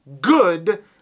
good